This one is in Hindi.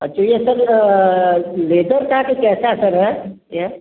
अच्छा यह सर लेदर का तो कैसा सर है यह